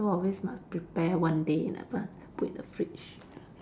so always must prepare one day in advance put in the fridge